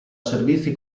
servizi